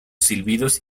silbidos